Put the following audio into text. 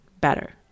better